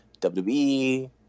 WWE